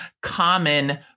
common